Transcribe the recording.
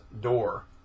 door